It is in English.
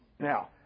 Now